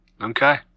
Okay